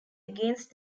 against